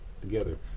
together